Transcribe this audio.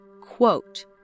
quote